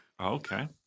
Okay